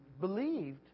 believed